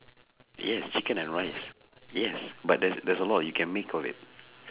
yes chicken and rice yes but there's there's a lot of you can make from it